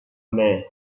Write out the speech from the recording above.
mer